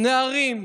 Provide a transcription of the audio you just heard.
נערים,